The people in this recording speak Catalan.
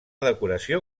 decoració